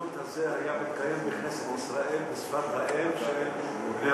שהפלירטוט הזה היה מתקיים בכנסת ישראל בשפת האם של בני,